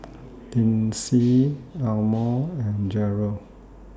Lyndsey Elmore and Jerrold